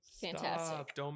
Fantastic